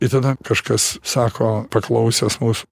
ir tada kažkas sako paklausęs mūsų